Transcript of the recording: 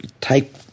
take –